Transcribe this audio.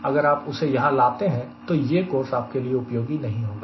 अगर आप उसे यहां लाते हैं तो यह कोर्स आपके लिए उपयोगी नहीं होगा